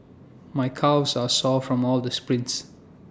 my calves are sore from all the sprints